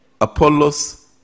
Apollos